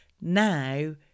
Now